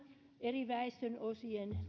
eri väestönosien